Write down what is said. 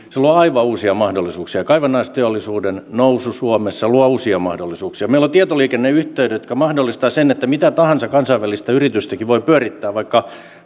luovat aivan uusia mahdollisuuksia kaivannaisteollisuuden nousu suomessa luo uusia mahdollisuuksia meillä on tietoliikenneyhteydet jotka mahdollistavat sen että mitä tahansa kansainvälistä yritystäkin voi pyörittää vaikka